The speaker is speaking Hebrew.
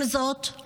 עם זאת,